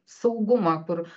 saugumą kur